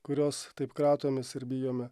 kurios taip kratomės ir bijome